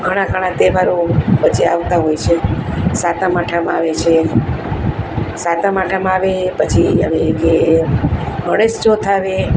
ઘણા ઘણા તહેવારો વચ્ચે આવતા હોય છે સાતમ આઠમ આવે છે સાતમ આઠમ આવે પછી આવે કે ગણેશ ચોથ આવે